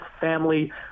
family